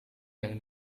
yang